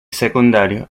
secundarios